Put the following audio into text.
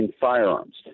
firearms